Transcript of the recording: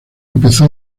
empezó